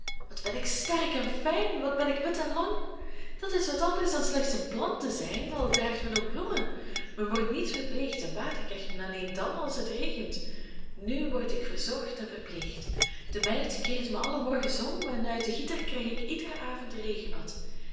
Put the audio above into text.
wat ben ik sterk en fijn wat ben ik wit en lang dat is wat anders dan slechts een plant te zijn al draagt men ook bloemen men wordt niet verpleegd en water krijgt men alleen dan als het regent nu word ik verzorgd en verpleegd de meid keert mij alle morgens om en uit den gieter krijg ik iederen avond een